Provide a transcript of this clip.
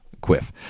quiff